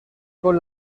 con